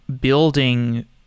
building